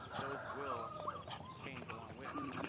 those will change along with it.